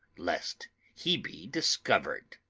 lest he be discovered.